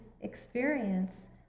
experience